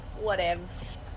whatevs